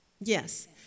Yes